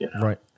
Right